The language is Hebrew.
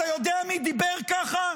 אתה יודע מי דיבר ככה?